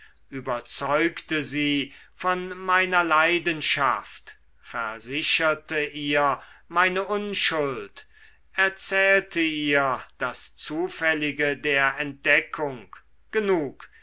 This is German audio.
überzeugte sie von meiner leidenschaft versicherte ihr meine unschuld erzählte ihr das zufällige der entdeckung genug